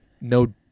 no